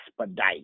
expedite